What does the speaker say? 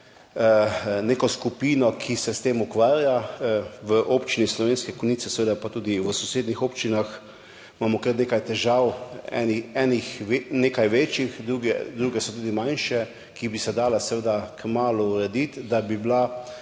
neko skupino, ki se s tem ukvarja. V Občini Slovenske Konjice, pa tudi v sosednjih občinah, imamo kar nekaj težav, večjih, druge so tudi manjše, ki bi se jih dalo kmalu urediti, da bi bila